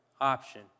option